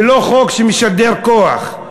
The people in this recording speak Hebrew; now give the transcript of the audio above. ולא חוק שמשדר כוח.